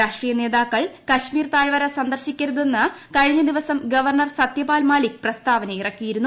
രാഷ്ട്രീയ നേതാക്കൾ കശ്മീർ താഴ്വര സന്ദർശിക്കരുതെന്ന് കഴിഞ്ഞ ദിവസം ഗവർണർ സത്യപാൽ മാലിക്ക് പ്രസ്താവനയിറക്കിയിരുന്നു